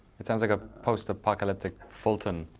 it sounds like a post-apocalyptic fulton,